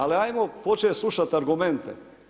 Ali ajmo početi slušati argumente.